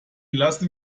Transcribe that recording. lassen